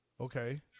Okay